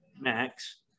Max